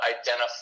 identify